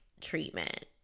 treatment